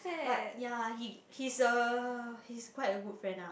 but ya he he's a he's quite a good friend ah